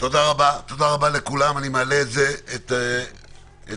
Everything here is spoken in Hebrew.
אני מעלה להצבעה את